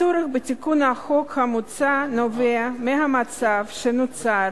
הצורך בתיקון החוק המוצע נובע מהמצב שנוצר